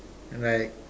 right